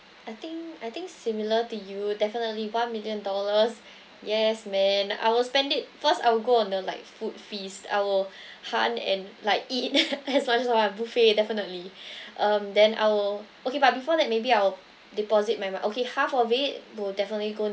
I think I think similar to you definitely one million dollars yes man I will spend it first I will go on the like food feast I will hunt and like eat as much so ah buffet definitely um then I will okay but before that maybe I'll deposit my mo~ okay half of it will definitely go